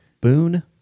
Boone